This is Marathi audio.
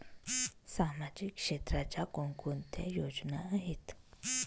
सामाजिक क्षेत्राच्या कोणकोणत्या योजना आहेत?